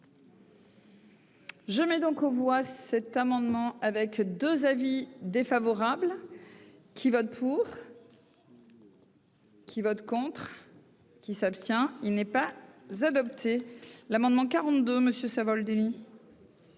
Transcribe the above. Je mets donc aux voix cet amendement avec 2 avis défavorables qui vote pour. Qui vote contre qui s'abstient, il n'est pas, z'adopté l'amendement 42 monsieur Savoldelli.